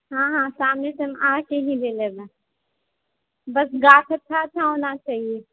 हाँ हाँ बस